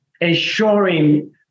ensuring